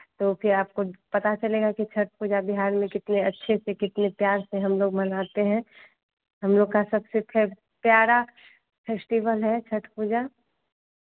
तो फिर आपको पता चलेगा की छठ पूजा बिहार में कितने अच्छे से कितने प्यार से हमलोग मनाते हैं हमलोग का सबसे फेब प्यारा फेस्टिवल है छठ पूजा